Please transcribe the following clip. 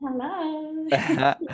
Hello